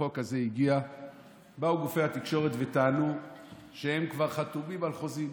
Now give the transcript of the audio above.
כשהחוק הזה הגיע באו גופי התקשורת וטענו שהם כבר חתומים על חוזים,